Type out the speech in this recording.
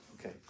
Okay